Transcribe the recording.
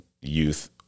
youth